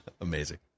Amazing